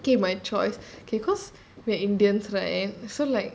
K my choice K cause we're indians right so like